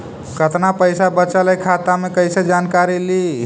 कतना पैसा बचल है खाता मे कैसे जानकारी ली?